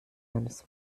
eines